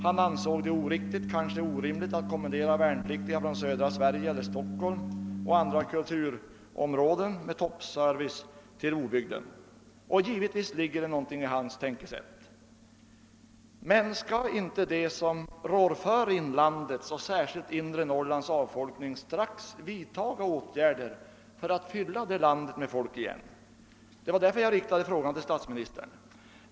Han ansåg det oriktigt, kanske också orimligt, att kommendera värnpliktiga från södra Sverige eller Stockholm och andra kulturområden med toppservice upp till obygden, och givetvis ligger det något i det talet. Men skall inte de människor som medverkat till inlandets och särskilt inre Norrlands avfolkning snart vidta åtgärder för att fylla de områdena med folk igen? Det var det som låg bakom min fråga till statsministern.